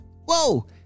Whoa